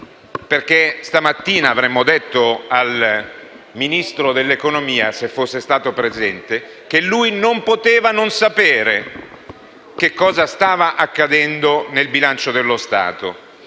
Stamattina avremmo detto al Ministro dell'economia, se fosse stato presente, che lui non poteva non sapere cosa stava accadendo nel bilancio dello Stato